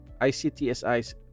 ICTSI's